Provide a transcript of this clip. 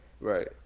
Right